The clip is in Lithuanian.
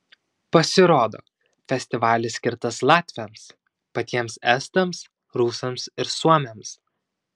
pasirodo festivalis skirtas latviams patiems estams rusams ir suomiams